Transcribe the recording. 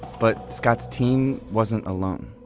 but scott's team wasn't alone.